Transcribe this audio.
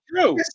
true